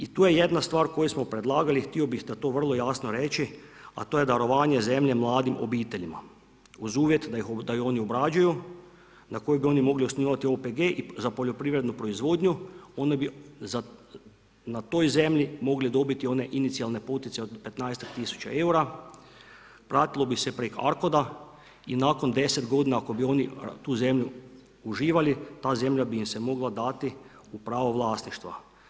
I tu je jedna stvar koju smo predlagali, htio bi to vrlo jasno reći, a to je darovanje zemlje mladim obiteljima uz uvjet da ih oni obrađuju, na kojoj bi oni mogli osnivati OPG za poljoprivrednu proizvodnju, oni bi na toj zemlji mogli dobiti one inicijalne poticaje od petnaestak tisuća eura, pratilo bi se preko ARKOD-a i nakon 10 godina ako bi oni tu zemlju uživali, ta zemlja bi im se mogla dati u pravo vlasništva.